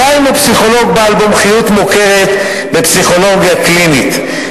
דהיינו פסיכולוג בעל מומחיות מוכרת בפסיכולוגיה קלינית.